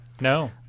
no